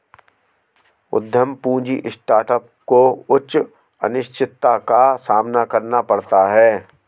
उद्यम पूंजी स्टार्टअप को उच्च अनिश्चितता का सामना करना पड़ता है